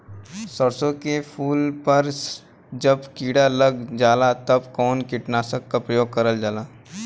सरसो के फूल पर जब किड़ा लग जाला त कवन कीटनाशक क प्रयोग करल जाला?